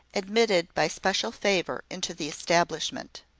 admitted by special favour into the establishment.